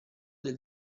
del